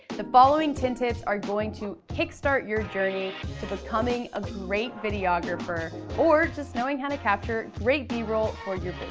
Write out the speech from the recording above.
the following ten tips are going to kickstart your journey to becoming a great videographer, or just knowing how to capture great b-roll for your